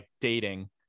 dating